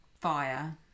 Fire